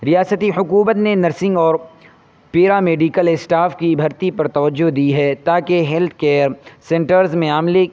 ریاستی حکومت نے نرسنگ اور پیرامیڈیکل اسٹاف کی بھرتی پر توجہ دی ہے تاکہ ہیلتھ کیئر سینٹرز میں عملہ